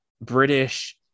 British